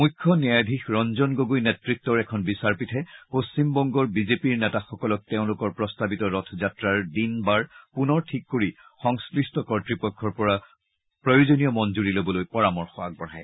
মৃখ্য ন্যায়াধীশ ৰঞ্জন গগৈ নেত়ত্বৰ এখন বিচাৰপীঠে পশ্চিমবংগৰ বিজেপিৰ নেতাসকলক তেওঁলোকৰ প্ৰস্তাৱিত ৰথযাত্ৰাৰ দিন বাৰ পুনৰ ঠিক কৰি সংশ্লিষ্ট কৰ্তৃপক্ষৰ পৰা প্ৰয়োজনীয় মঞ্জুৰি লবলৈ পৰামৰ্শ আগবঢ়ায়